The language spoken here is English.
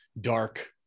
dark